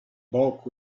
bulk